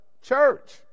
Church